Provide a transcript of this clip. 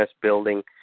building